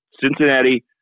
Cincinnati